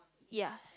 ya